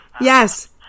Yes